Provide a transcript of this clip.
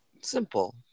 Simple